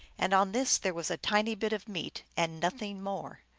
and on this there was a tiny bit of meat, and nothing more.